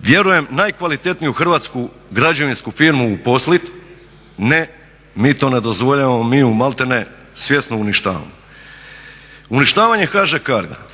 vjerujem najkvalitetniju hrvatsku građevinsku firmu uposliti, ne mi to ne dozvoljavamo, mi ju malterne svjesno uništavamo. Uništavanje HŽ CAGRO-a,